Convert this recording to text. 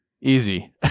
Easy